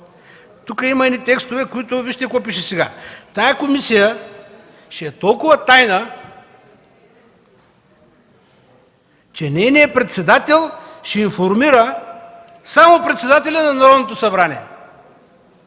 тук има едни текстове, в които вижте какво пише – тази комисия ще е толкова тайна, че нейният председател ще информира само председателя на Народното събрание.